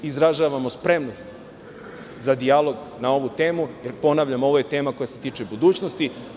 Izražavamo spremnost za dijalog na ovu temu, jer, ponavljam, ovo je tema koja se tiče budućnosti.